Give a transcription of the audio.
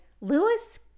Lewis